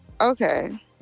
Okay